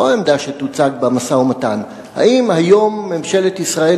לא העמדה שתוצג במשא-ומתן: האם היום ממשלת ישראל